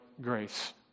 grace